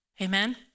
amen